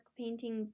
painting